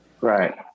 Right